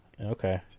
Okay